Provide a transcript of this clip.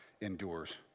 endures